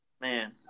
Man